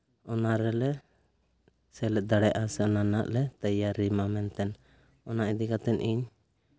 ᱚᱱᱟ ᱨᱮᱞᱮ ᱥᱮᱞᱮᱫ ᱫᱟᱲᱮᱭᱟᱜᱼᱟ ᱥᱮ ᱚᱱᱟ ᱱᱟᱦᱟᱜ ᱞᱮ ᱛᱮᱭᱟᱨᱤ ᱢᱟ ᱢᱮᱱᱛᱮ ᱚᱱᱟ ᱤᱫᱤ ᱠᱟᱛᱮ ᱤᱧ